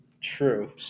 True